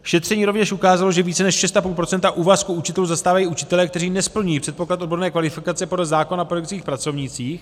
Šetření rovněž ukázalo, že více než 6,5 % úvazku učitelů zastávají učitelé, kteří nesplňují předpoklad odborné kvalifikace podle zákona o pedagogických pracovnících.